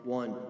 one